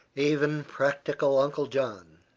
even practical uncle john